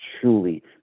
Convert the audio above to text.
truly